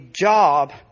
job